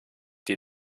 die